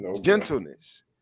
gentleness